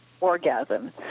orgasm